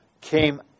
came